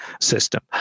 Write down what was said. system